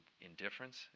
indifference